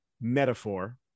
metaphor